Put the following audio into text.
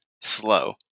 slow